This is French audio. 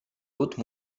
haute